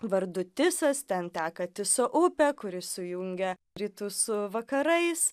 vardu tisas ten teka tiso upė kuri sujungia rytus su vakarais